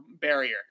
barrier